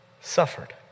suffered